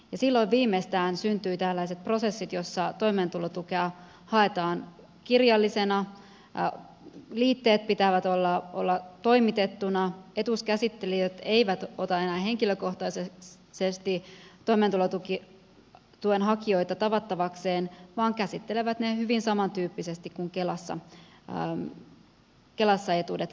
silloin viimeistään syntyivät tällaiset prosessit joissa toimeentulotukea haetaan kirjallisena liitteet pitää olla toimitettuna etuuskäsittelijät eivät ota enää henkilökohtaisesti toimeentulotuen hakijoita tavattavakseen vaan käsittelevät ne hyvin samantyyppisesti kuin kelassa etuudet käsitellään